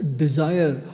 desire